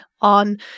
on